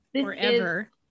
Forever